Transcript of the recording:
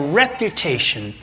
reputation